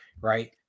right